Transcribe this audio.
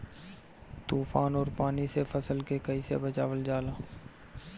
तुफान और पानी से फसल के कईसे बचावल जाला?